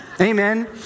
amen